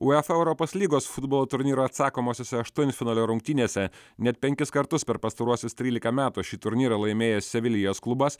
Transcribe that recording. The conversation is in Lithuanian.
uefa europos lygos futbolo turnyro atsakomosiose aštuntfinalio rungtynėse net penkis kartus per pastaruosius trylika metų šį turnyrą laimėjęs sevilijos klubas